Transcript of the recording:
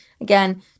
Again